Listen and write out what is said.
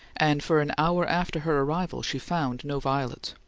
and for an hour after her arrival she found no violets.